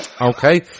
okay